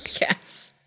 Yes